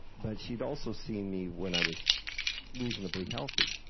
but she'd also seen me when i was reasonably healthy.